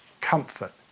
comfort